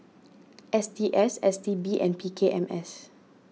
S T S S T B and P K M S